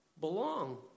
belong